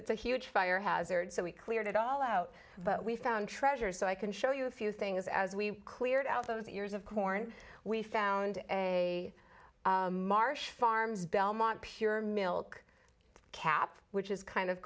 it's a huge fire hazard so we cleared it all out but we found treasures so i can show you a few things as we cleared out those ears of corn we found a marsh farms belmont pure milk cap which is kind of